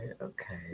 Okay